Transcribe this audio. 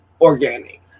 organic